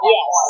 Yes